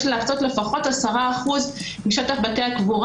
יש להקצות לפחות 10% משטח בתי הקבורה